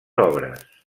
obres